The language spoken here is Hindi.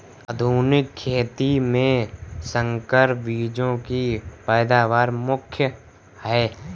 आधुनिक खेती में संकर बीजों की पैदावार मुख्य हैं